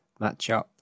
matchup